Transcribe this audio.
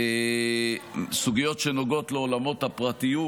סוגיות שנוגעות לעולמות הפרטיות,